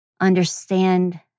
understand